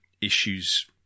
issues